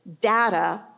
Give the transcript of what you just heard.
data